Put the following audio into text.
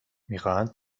میخواهند